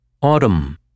Autumn